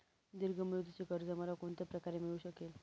दीर्घ मुदतीचे कर्ज मला कोणत्या प्रकारे मिळू शकेल?